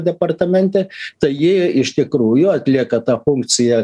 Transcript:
departamente tai jie iš tikrųjų atlieka tą funkciją